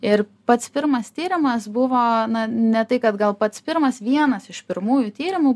ir pats pirmas tyrimas buvo ne tai kad gal pats pirmas vienas iš pirmųjų tyrimų